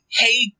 hey